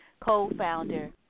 co-founder